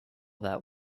that